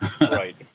Right